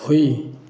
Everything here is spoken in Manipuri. ꯍꯨꯏ